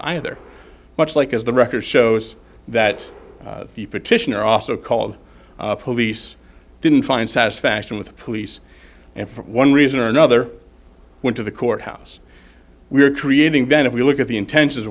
either much like as the record shows that the petitioner also called police didn't find satisfaction with the police and for one reason or another went to the court house we're creating then if we look at the intentions of